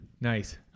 Nice